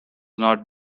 not